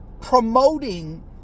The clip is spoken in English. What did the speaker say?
promoting